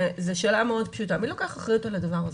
זו שאלה מאוד פשוטה: מי לוקח אחריות על הדבר הזה?